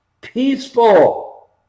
peaceful